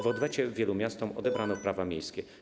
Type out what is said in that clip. W odwecie wielu miastom odebrano prawa miejskie.